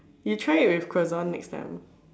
you try it with croissant next time